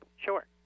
Sure